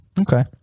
Okay